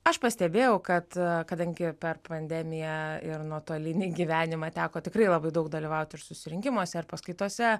aš pastebėjau kad kadangi per pandemiją ir nuotolinį gyvenimą teko tikrai labai daug dalyvauti ir susirinkimuose ir paskaitose